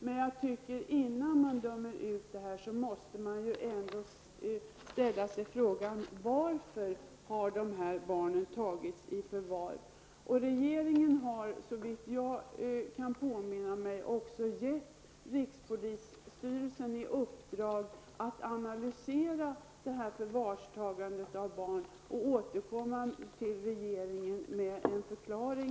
Men innan man dömer ut systemet måste man fråga sig varför barnen har tagits i förvar. Regeringen har såvitt jag kan påminna mig också gett rikspolisstyrelsen i uppdrag att analysera förvarstagandet av barn och återkomma till regeringen med en förklaring.